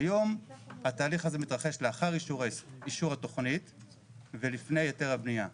כיום התהליך הזה מתרחש לאחר אישור התכנית ולפני היתר הבנייה.